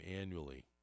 annually